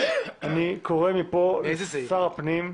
אני קורא מפה לשר הפנים,